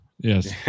Yes